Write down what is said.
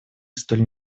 столь